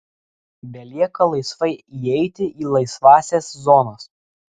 belieka laisvai įeiti į laisvąsias zonas